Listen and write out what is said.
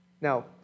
Now